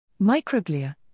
Microglia